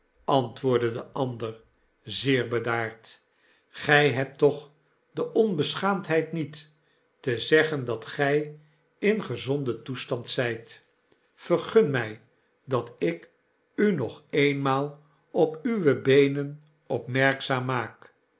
antwoordde de ander zeer bedaard gy hebt toch de onbeschaamdheid niet te zeggen dat gy in gezonden toestand zyt vergun my dat ik u nog eenmaal op uwe beenen opmerkzaam maak